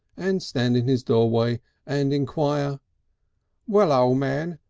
and stand in his doorway and enquire well, o' man,